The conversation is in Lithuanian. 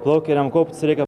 plaukia jam kauptis reikia